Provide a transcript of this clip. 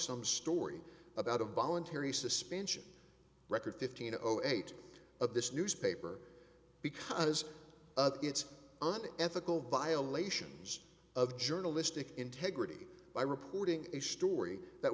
some story about a voluntary suspension record fifteen zero zero eight of this newspaper because it's an ethical violations of journalistic integrity by reporting a story that